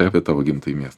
apie tavo gimtąjį miestą